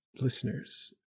listeners